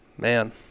man